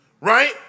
Right